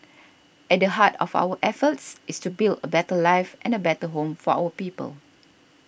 at the heart of our efforts is to build a better life and a better home for our people